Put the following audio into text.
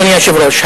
אדוני היושב-ראש,